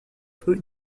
peu